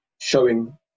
showing